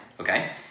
okay